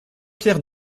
pierre